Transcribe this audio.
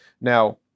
Now